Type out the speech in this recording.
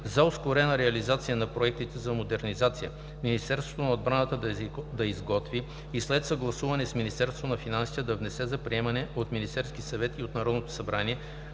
за ускорена реализация на проектите за модернизация, Министерството на отбраната да изготви и след съгласуване с Министерство на финансите да внесе за приемане от Министерския съвет и от Народното събрание